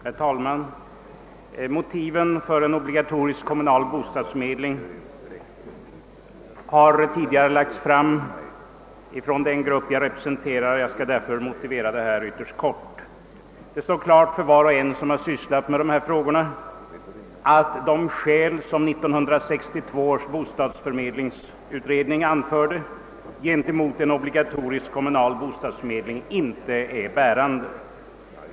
Herr talman! Motiven för en obligatorisk kommunal bostadsförmedling har tidigare lagts fram ifrån den grupp jag representerar. Jag skall därför fatta mig ytterst kort. Det står klart för var och en som har sysslat med dessa frågor att de skäl som 1962 års bostadsförmedlingsutredning anförde gentemot en obligatorisk kommunal bostadsförmedling inte är bärande.